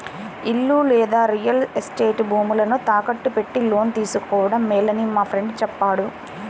ఇల్లు లేదా real estate భూములను తాకట్టు పెట్టి లోను తీసుకోడం మేలని మా ఫ్రెండు చెప్పాడు